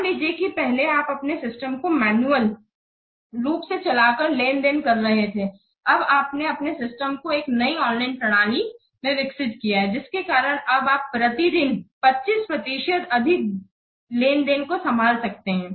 मान लीजिए कि पहले आप अपने सिस्टम को मैन्युअल रूप से चला कर लेन देन कर रहे थे अब आपने अपने सिस्टम को एक नई ऑनलाइन प्रणाली में विकसित किया जिसके कारण अब आप प्रति दिन 25 प्रतिशत अधिक लेनदेन को संभाल सकते है